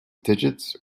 digits